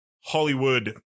Hollywood